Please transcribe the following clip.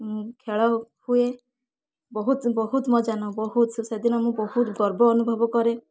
ଖେଳ ହୁଏ ବହୁତ ବହୁତ ମଜା ନେଉ ସେଦିନ ମୁଁ ବହୁତ ଗର୍ବ ଅନୁଭବ କରେ